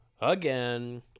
Again